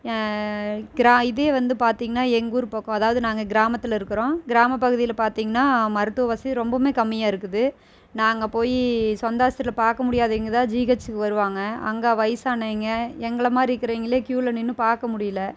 கிரா இதையே வந்து பார்த்திங்கனா எங்கள் ஊர் பக்கம் அதாவது நாங்கள் கிராமத்தில் இருக்கிறோம் கிராம பகுதியில பார்த்திங்னா மருத்துவ வசதி ரொம்பவுமே கம்மியாக இருக்குது நாங்கள் போய் சொந்த ஆஸ்ப்திரியில பார்க்க முடியாதவங்க தான் ஜிஹச்சுக்கு வருவாங்கள் அங்கே வய்சானவங்க எங்களை மாதிரி இக்குறவங்களே கியூவில் நின்று பார்க்க முடியல